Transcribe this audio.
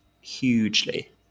Hugely